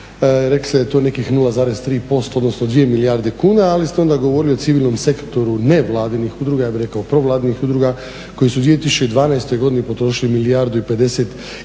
rekli ste da je to nekih 0,3% odnosno 2 milijarde kuna, ali onda ste govorili o civilnom sektoru nevladinih udruga, ja bih rekao provladinih udruga koji su u 2012.godini potrošili milijardu